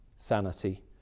sanity